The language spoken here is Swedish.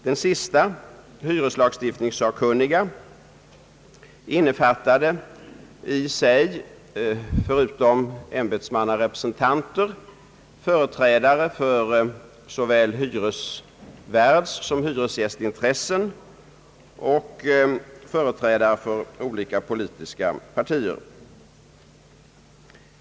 Den senaste, hyreslagstiftningssakkunniga, innefattade i sig förutom ämbetsmannarepresentanter företrädare för såväl hyresvärdssom hyresgästintressen och företrädare för olika politiska partier.